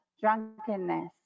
drunkenness